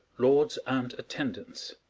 lords, and attendants